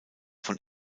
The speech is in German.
von